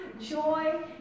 joy